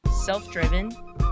self-driven